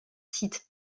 site